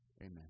Amen